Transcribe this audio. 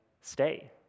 stay